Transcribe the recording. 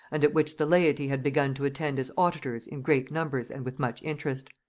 and at which the laity had begun to attend as auditors in great numbers and with much interest.